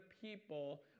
people